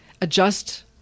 adjust